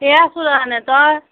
এই আছোঁ ৰ এনেই তই